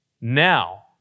now